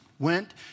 Went